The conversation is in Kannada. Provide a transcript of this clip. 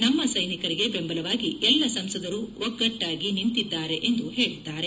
ನಮ್ಮ ಸ್ಟೆನಿಕರಿಗೆ ಬೆಂಬಲವಾಗಿ ಎಲ್ಲ ಸಂಸದರು ಒಗ್ಗಟ್ಟಾಗಿ ನಿಂತಿದ್ದಾರೆ ಎಂದು ಹೇಳಿದ್ದಾರೆ